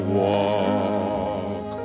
walk